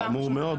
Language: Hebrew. זה חמור מאוד.